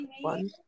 one